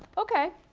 okay.